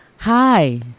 Hi